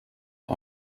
are